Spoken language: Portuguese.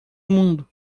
mundo